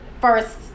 first